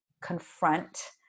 confront